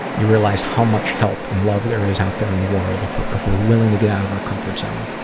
you realize how much help and love there is out there in the world if we're if we're willing to get out of our comfort zone.